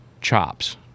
chops